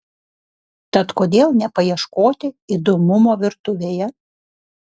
tad kodėl nepaieškoti įdomumo virtuvėje